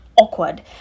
awkward